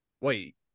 Wait